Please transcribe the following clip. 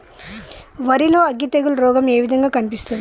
వరి లో అగ్గి తెగులు రోగం ఏ విధంగా కనిపిస్తుంది?